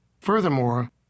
Furthermore